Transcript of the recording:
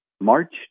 March